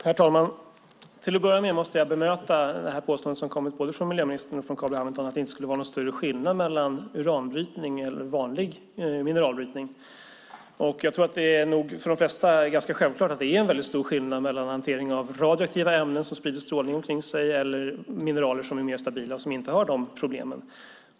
Herr talman! Till att börja med måste jag bemöta det påstående som har kommit både från miljöministern och Carl B Hamilton om att det inte skulle vara någon större skillnad mellan uranbrytning och vanlig mineralbrytning. Jag tror att det för de flesta är ganska självklart att det är stor skillnad mellan hantering av radioaktiva ämnen som sprider strålning omkring sig och mineraler som är mer stabila och inte har de problemen.